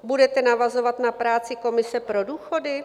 Budete navazovat na práci komise pro důchody?